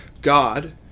God